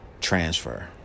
transfer